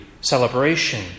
celebration